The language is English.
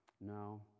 No